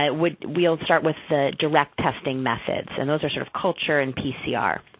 we will start with the direct testing method. and those are sort of culture and pcr.